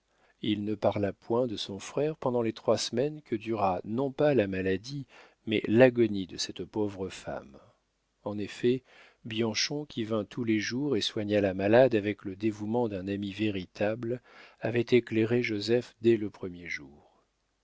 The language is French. il ne parla point de son frère pendant les trois semaines que dura non pas la maladie mais l'agonie de cette pauvre femme en effet bianchon qui vint tous les jours et soigna la malade avec le dévouement d'un ami véritable avait éclairé joseph dès le premier jour